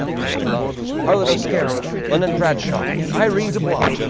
fraya love, harlotte o'scara, londyn bradshaw, and irene dubois!